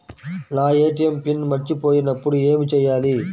నా ATM pin మర్చిపోయినప్పుడు ఏమి చేయాలి?